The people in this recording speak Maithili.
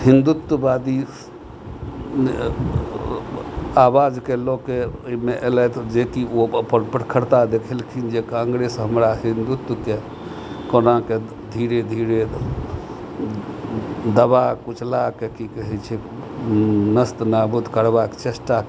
हिन्दुत्त्वबादी आवाजके लऽके एहिमे अयलथि जेकि ओ अपन प्रखड़ता देखेलखिन जे कांग्रेस हमरा हिन्दुत्वके कोनाके धीरे धीरे दबा कुचलाके की कहै छै नस्त नाबुद करबाक चेष्टा